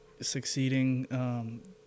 succeeding